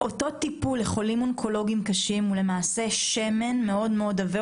הטיפול לחולים אונקולוגיים קשים הוא למעשה שמן מאוד מאוד כבד,